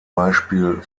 beispiel